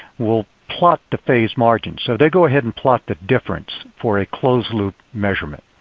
will plot the phase margin. so they go ahead and plot the difference for a closed loop measurement.